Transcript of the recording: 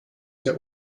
der